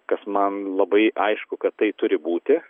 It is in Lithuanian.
kas man labai aišku kad tai turi būti